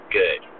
good